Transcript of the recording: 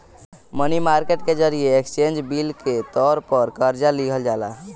मनी market के जरिए exchange bill के तौर पर कर्जा लिहल जाला